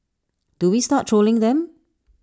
do we start trolling them